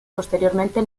posteriormente